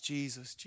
Jesus